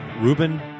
Ruben